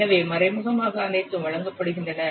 எனவே மறைமுகமாக அனைத்தும் வழங்கப்படுகின்றன